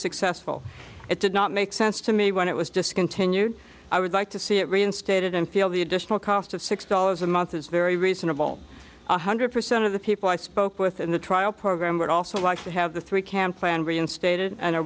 successful it did not make sense to me when it was discontinued i would like to see it reinstated and feel the additional cost of six dollars a month is very reasonable one hundred percent of the people i spoke with in the trial program would also like to have the three cam plan reinstated and are